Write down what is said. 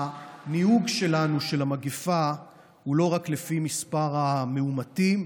הניהוג שלנו של המגפה הוא לא רק לפי מספר המאומתים,